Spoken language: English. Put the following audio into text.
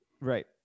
Right